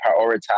prioritize